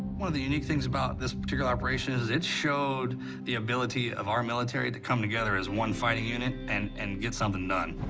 one of the unique things about this particular operation is it showed the ability of our military to come together as one fighting unit and, and get something done.